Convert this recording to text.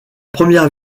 première